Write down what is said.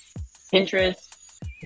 Pinterest